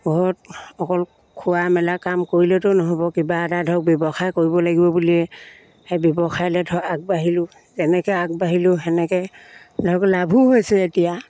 ঘৰত অকল খোৱা মেলা কাম কৰিলেতো নহ'ব কিবা এটা ধৰক ব্যৱসায় কৰিব লাগিব বুলিয়ে সেই ব্যৱসায়লৈ ধৰক আগবাঢ়িলোঁ যেনেকৈ আগবাঢ়িলোঁ তেনেকৈ ধৰক লাভো হৈছে এতিয়া